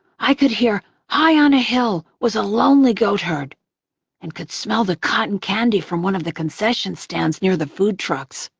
i could hear high on a hill was a lonely goatherd, and could smell the cotton candy from one of the concession stands near the food trucks.